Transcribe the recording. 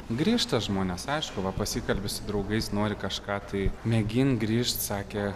grįžta žmonės aišku va pasikalbi su draugais nori kažką tai mėgink grįš sakė